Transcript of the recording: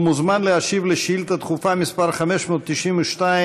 הוא מוזמן להשיב על שאילתה דחופה מס' 592,